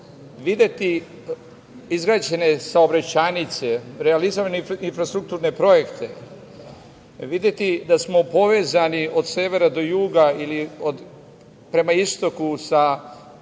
videti izgrađene saobraćajnice, realizovane infrastrukturne projekte, videti da smo povezani od severa do juga ili prema istoku sa